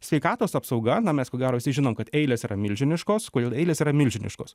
sveikatos apsauga na mes gero visi žinom kad eilės yra milžiniškos kodėl eilės yra milžiniškos